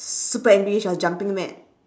super angry is a jumping mad